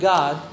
God